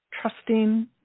trusting